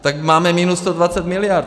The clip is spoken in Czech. Tak máme minus 120 mld.